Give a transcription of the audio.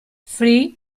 free